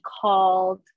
called